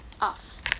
Off